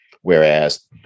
Whereas